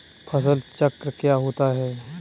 फसल चक्र क्या होता है?